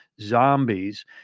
zombies